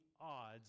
odds